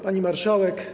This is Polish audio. Pani Marszałek!